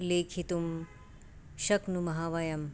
लेखितुं शक्नुमः वयम्